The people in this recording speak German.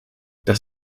das